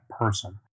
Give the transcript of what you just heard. person